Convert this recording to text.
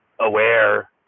aware